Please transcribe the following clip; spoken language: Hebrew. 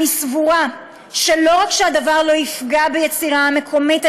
אני סבורה שלא רק שהדבר לא יפגע ביצירה המקומית,